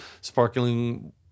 sparkling